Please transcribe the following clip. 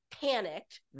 panicked